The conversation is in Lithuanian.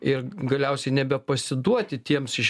ir galiausiai nebepasiduoti tiems iš